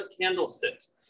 candlesticks